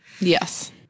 Yes